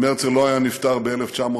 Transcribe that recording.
אם הרצל לא היה נפטר ב-1904,